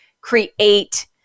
create